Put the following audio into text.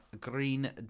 green